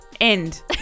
End